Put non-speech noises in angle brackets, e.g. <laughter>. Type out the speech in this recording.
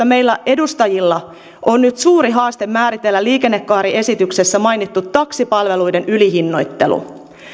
<unintelligible> meillä edustajilla on nyt suuri haaste määritellä liikennekaariesityksessä mainittu taksipalveluiden ylihinnoittelu